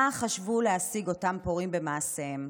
מה חשבו להשיג אותם פורעים במעשיהם?